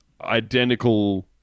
identical